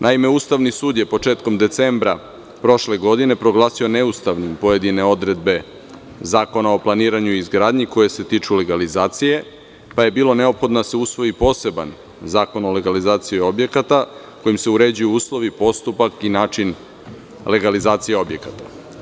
Naime, Ustavni sud je početkom decembra prošle godine proglasio neustavnim pojedine odredbe Zakona o planiranju i izgradnji koje se tiču legalizacije, pa je bilo neophodno da se usvoji poseban Zakon o legalizaciji objekata kojim se uređuju uslovi, postupak i način legalizacije objekata.